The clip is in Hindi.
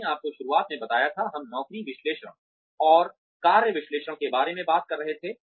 मैंने आपको शुरुआत में बताया था हम नौकरी विश्लेषण और कार्य विश्लेषण के बारे में बात कर रहे थे